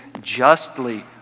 justly